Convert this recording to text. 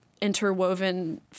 interwoven